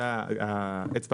האצבע